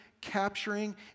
capturing